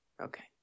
Okay